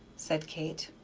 said kate.